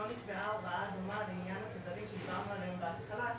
לא נקבעה הוראה דומה לעניין התדרים שדיברנו עליהם בהתחלה,